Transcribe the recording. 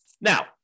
Now